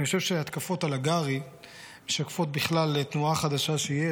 אני חושב שההתקפות על הגרי משקפות בכלל תנועה חדשה שיש,